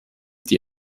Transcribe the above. die